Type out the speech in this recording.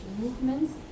movements